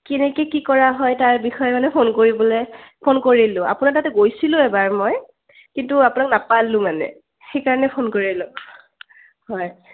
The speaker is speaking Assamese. কেনেকৈ কি কৰা হয় তাৰ বিষয়ে মানে ফোন কৰিবলৈ ফোন কৰিলোঁ আপোনাৰ তাতে গৈছিলোঁ এবাৰ মই কিন্তু আপোনাক নাপালোঁ মানে সেইকাৰণে ফোন কৰিলোঁ হয়